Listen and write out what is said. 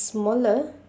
smaller